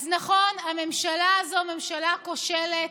אז נכון, הממשלה הזאת ממשלה כושלת,